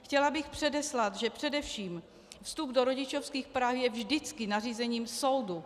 Chtěla bych předeslat, že především vstup do rodičovských práv je vždycky nařízením soudu.